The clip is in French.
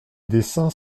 dessins